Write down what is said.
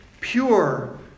pure